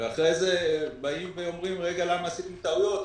ואחרי זה אומרים למה עשיתם טעויות?